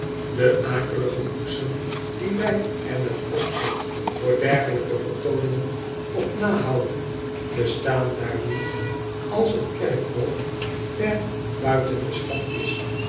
de akelige koetsen die wij er met opzet voor dergelijke vertooningen op na houden bestaan daar niet als t kerkhof ver buiten de stad is